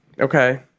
okay